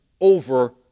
over